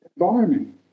environment